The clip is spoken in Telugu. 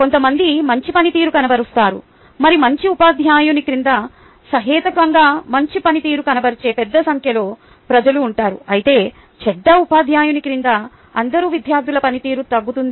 కొంతమంది మంచి పనితీరు కనబరుస్తారు మరియు మంచి ఉపాధ్యాయుని క్రింద సహేతుకంగా మంచి పనితీరు కనబరిచే పెద్ద సంఖ్యలో ప్రజలు ఉంటారు అయితే చెడ్డ ఉపాధ్యాయుని కింద అందరు విద్యార్థుల పనితీరు తగ్గుతుంది